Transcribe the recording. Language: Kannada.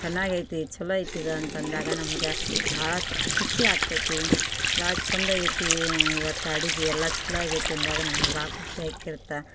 ಚೆನ್ನಾಗ್ ಇದೆ ಛಲೋ ಇದೆ ಇದು ಅಂತ ಅಂದಾಗ ನಮ್ಗೆ ಭಾಳ ಖುಷಿ ಆಗ್ತದೆ ಭಾಳ ಚಂದ ಆಗಿದೆ ಇವತ್ತು ಅಡುಗೆ ಎಲ್ಲ ಛಲೋ ಆಗಿದೆ ಅಂದಾಗ ನಮ್ಗೆ ಭಾಳ ಖುಷಿ ಆಗಿರುತ್ತೆ